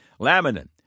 Laminin